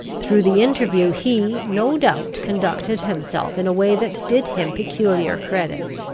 through the interview he, no doubt, conducted himself in a way that did him peculiar credit.